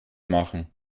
machen